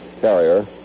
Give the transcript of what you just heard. carrier